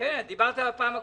דיברת בפעם הקודמת.